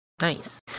Nice